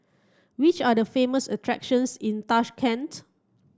which are the famous attractions in Tashkent